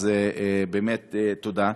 אז באמת תודה.